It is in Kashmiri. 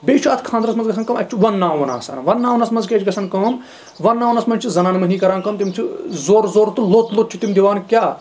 بیٚیہِ چھُ اَتھ خانٛدرَس منٛز گژھان کٲم اَتہِ چھُ وَنناوُن آسان وَنناونَس منٛز کیاہ چھِ گژھان کٲم وَنناونَس منٛزچھِ زَنان مٔہنیٖی کران کٲم تِم چھِ زورٕ زورٕ تہٕ لوٚت لوٚت چھِ تِم دِوان کیاہ